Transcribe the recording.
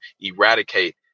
eradicate